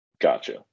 Gotcha